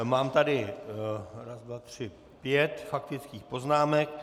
Mám tady pět faktických poznámek.